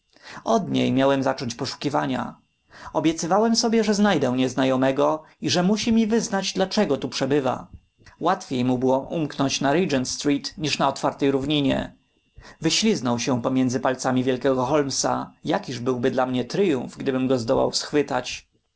od niej miałem zacząć poszukiwania obiecywałem sobie że znajdę nieznajomego i że musi mi wyznać dlaczego tu przebywa łatwiej mu było umknąć na regent street niż na tej otwartej równinie wyśliznął się pomiędzy palcami wielkiego holmesa jakiż byłby dla mnie tryumf gdybym go zdołał schwytać